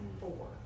four